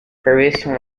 parisian